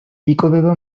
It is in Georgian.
იკვებება